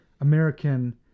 american